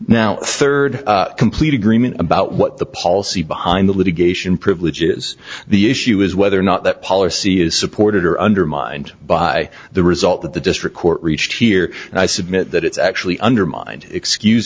now third complete agreement about what the policy behind the litigation privilege is the issue is whether or not that policy is supported or undermined by the result that the district court reached here and i submit that it's actually undermined excus